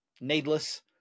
needless